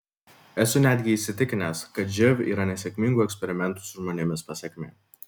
esu netgi įsitikinęs kad živ yra nesėkmingų eksperimentų su žmonėmis pasekmė